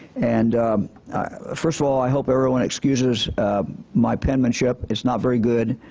and first of all, i hope everyone excuses my penmanship. it's not very good.